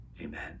Amen